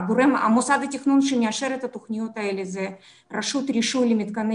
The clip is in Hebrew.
המוסד לתכנון שמאשר את התוכניות האלה זה רשות רישוי למתקני